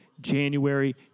January